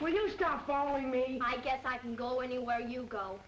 when you stop following me i guess i can go anywhere you go